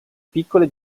piccole